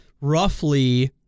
roughly